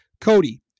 Cody